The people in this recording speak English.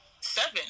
seven